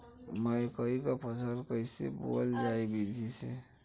मकई क फसल कईसे बोवल जाई विधि से?